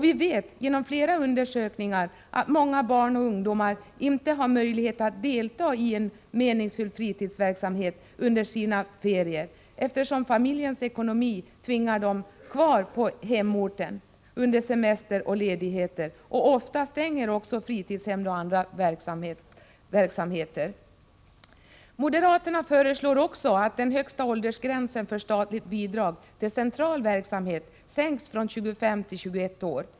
Vi vet genom flera undersökningar att många barn och ungdomar inte har möjlighet att delta i en meningsfylld fritidsverksamhet under sina ferier, eftersom familjens ekonomi tvingar dem kvar på hemorten under semester och ledighet. Oftast stänger också fritidshem och andra verksamheter. Vidare föreslår moderaterna att den högsta åldersgränsen för statligt bidrag till central verksamhet sänks från 25 till 21 år.